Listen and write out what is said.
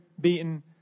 beaten